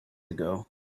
ago